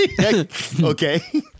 Okay